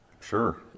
Sure